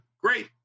great